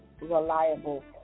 reliable